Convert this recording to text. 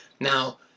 Now